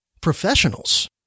professionals